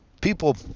People